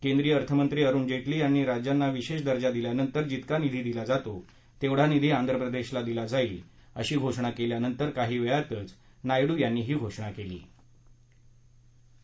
केंद्रीय अर्थमंत्री अरुण जे की यांनी राज्यांना विशेष दर्जा दिल्यानंतर जितका निधी दिला जातो तेवढा निधी आंध्रप्रदेशला दिला जाईल अशी घोषणा केल्यानंतर काही वेळातच नायडू यांनी ही घोषणा केली हे विशेष